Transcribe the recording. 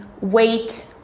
weight